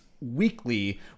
weekly